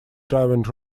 driving